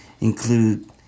include